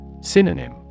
Synonym